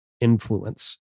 influence